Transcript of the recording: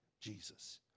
Jesus